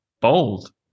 bold